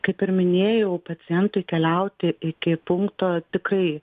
kaip ir minėjau pacientui keliauti iki punkto tikrai